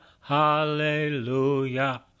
hallelujah